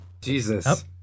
Jesus